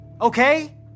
okay